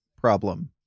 problem